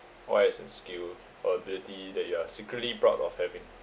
what is your skill or ability that you are secretly proud of having